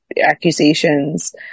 accusations